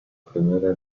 primera